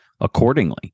accordingly